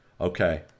okay